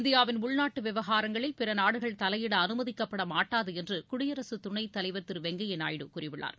இந்தியாவின் உள்நாட்டு விவகாரங்களில் பிற நாடுகள் தலையிட அனுமதிக்கப்படமாட்டாது என்று குடியரசு தலைவர் துணத் திரு வெங்கையா நாயுடு கூறியுள்ளார்